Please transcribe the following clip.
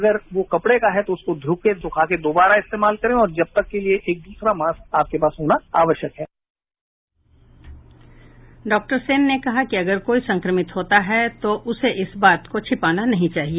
अगर वो कपड़े का है तो उसे धोकर सुखाकर दोवारा इस्तेमाल करें और जब तक के लिए एक दूसरा मास्क आपके पास होना आवश्यक डॉक्टर सेन ने कहा कि अगर कोई संक्रमित होता है तो उसे इस बात को छिपाना नहीं चाहिए